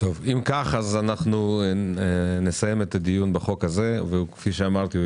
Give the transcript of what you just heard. אם כך אז אנחנו נסיים את הדיון בחוק הזה וכפי שאמרתי,